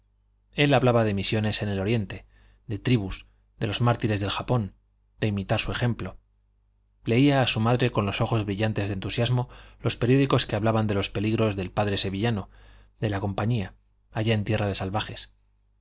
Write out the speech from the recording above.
él hablaba de misiones en el oriente de tribus de los mártires del japón de imitar su ejemplo leía a su madre con los ojos brillantes de entusiasmo los periódicos que hablaban de los peligros del p sevillano de la compañía allá en tierra de salvajes